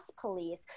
police